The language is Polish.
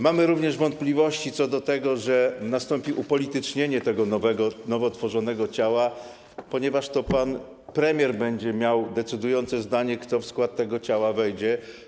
Mamy również wątpliwości co do tego, że nastąpi upolitycznienie nowo tworzonego ciała, ponieważ to pan premier będzie miał decydujące zdanie, kto w skład tego ciała wejdzie.